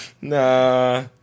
Nah